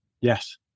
yes